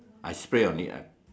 I spray on it